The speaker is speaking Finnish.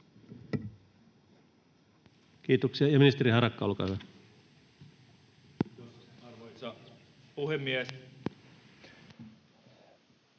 Kiitoksia. — Ministeri Sarkkinen, olkaa hyvä. Arvoisa puhemies!